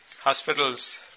hospitals